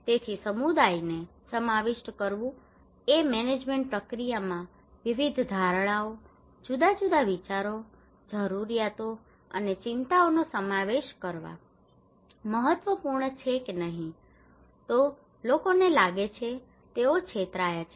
તેથી સમુદાયને સમાવિષ્ટ કરવું એ મેનેજમેન્ટ પ્રક્રિયામાં વિવિધ ધારણાઓ જુદા જુદા વિચારો જરૂરિયાતો અને ચિંતાઓનો સમાવેશ કરવા માટે મહત્વપૂર્ણ છે નહીં તો લોકોને લાગે છે કે તેઓ છેતરાયા છે